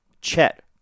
Chet